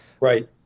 right